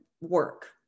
work